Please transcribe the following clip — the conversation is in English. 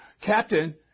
Captain